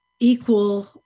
equal